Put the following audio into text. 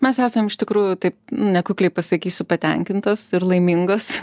mes esam iš tikrųjų taip nekukliai pasakysiu patenkintos ir laimingos